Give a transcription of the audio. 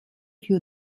für